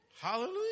Hallelujah